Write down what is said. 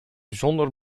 zonder